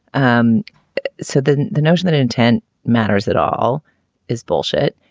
um so the the notion that intent matters at all is bullshit.